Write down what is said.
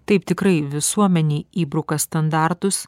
taip tikrai visuomenei įbruka standartus